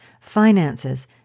finances